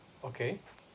okay